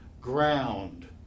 ground